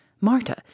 Marta